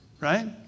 Right